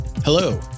Hello